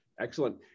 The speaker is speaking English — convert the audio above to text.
Excellent